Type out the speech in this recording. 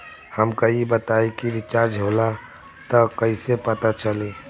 हमका ई बताई कि रिचार्ज होला त कईसे पता चली?